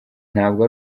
ntabwo